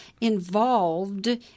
involved